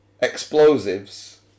explosives